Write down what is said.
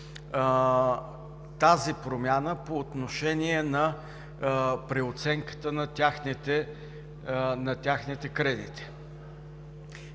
тази промяна по отношение на преоценката на техните кредити